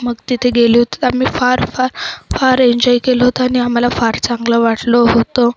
मग तिथे गेले होते आम्ही फार फार फार एन्जॉय केलं होतं आणि आम्हाला फार चांगलं वाटलं होतं